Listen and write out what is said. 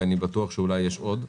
ואני בטוח שיש עוד.